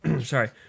sorry